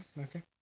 Okay